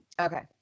Okay